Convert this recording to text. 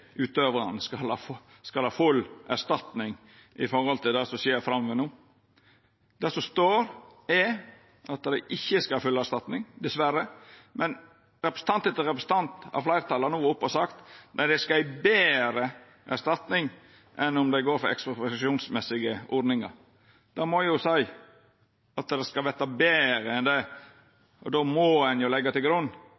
utøvarane skal ha full erstatning når det gjeld det som skjer framover no. Det som står, er at dei ikkje skal ha full erstatning – dessverre – men representant etter representant av fleirtalet har no vore på talarstolen og sagt at dei skal ha ei betre erstatning enn om ein går for ekspropriasjonsmessige ordningar. Dei må jo seia at det skal verta betre enn det,